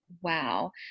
wow